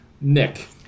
Nick